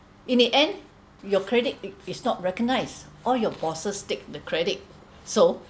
in the end your credit it is not recognised all your bosses take the credit so